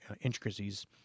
intricacies